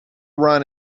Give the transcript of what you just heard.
run